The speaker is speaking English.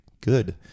good